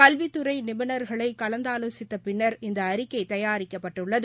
கல்வித்துறை நிபுணர்களை கலந்தாலோசித்த பின்னர் இந்த அறிக்கை தயாரிக்கப்பட்டுள்ளது